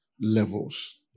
levels